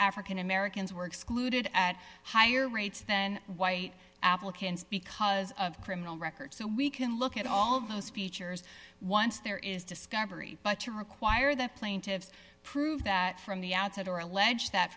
african americans were excluded at higher rates than white applicants because of criminal records so we can look at all those features once there is discovery but to require that plaintiffs prove that from the outset or allege that